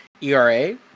ERA